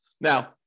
Now